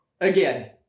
again